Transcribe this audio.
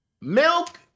Milk